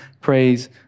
praise